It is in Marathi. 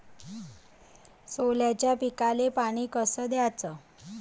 सोल्याच्या पिकाले पानी कस द्याचं?